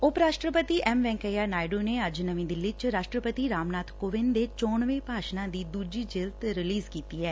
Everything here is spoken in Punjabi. ਉਪ ਰਾਸਟਰਪਤੀ ਐਮ ਵੈਂਕਈਆ ਨਾਇਡੂ ਨੇ ਅੱਜ ਨਵੀਂ ਦਿੱਲੀ ਚ ਰਾਸਟਰਪਤੀ ਰਾਮ ਨਾਬ ਕੋਵਿੰਦ ਨੇ ਚੋਣਵੇਂ ਭਾਸ਼ਣਾਂ ਦੀ ਦੁਜੀ ਜਿਲਦ ਰਿਲੀਜ਼ ਕੀਤੀ ਐ